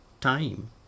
time